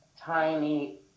tiny